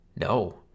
No